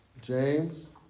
James